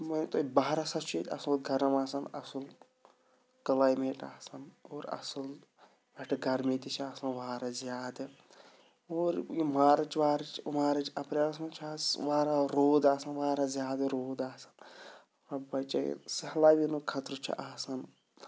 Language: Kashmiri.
مٲنِو تُہۍ بَہر ہسا چھِ ییٚتہِ اَصٕل گَرم آسان آصٕل کٕلایمیٹ آسان اور اَصٕل بَڑٕ گرمی تہِ چھِ آسان واریاہ زیادٕ اور یہِ مارٕچ وارٕچ مارٕچ اپریلَس منٛز چھُ حظ واراہ روٗد آسان واریاہ زیادٕ روٗد آسان رۄب بَچٲیِن سٕہلاب یِنُک خطرٕ چھُ آسان